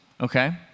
okay